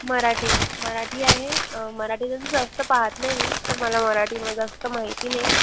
मराठी मराठी आहे मराठी जास्त पाहत नाही मी तर मला मराठी म जास्त माहिती नाही